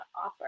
offer